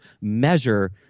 measure